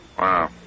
Wow